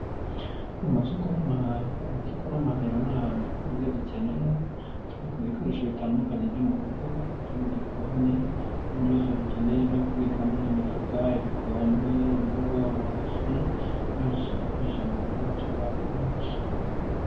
Amasoko n'amahahiro ni ahan tujya iyo dukeneye tugura ibikoresho bitandukanye byo mu byo mu gikoni n'ibindi byose dukeneye byo kubikamo nk'imifuka, ibikombe, indobo, amabasi, byose bidufasha mu buzima bwacu bwa buri munsi.